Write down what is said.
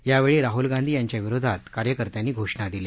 यावेळी राहुल गांधी यांच्याविरोधात कार्यकर्त्यांनी घोषणा दिल्या